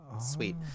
sweet